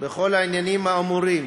בכל העניינים האמורים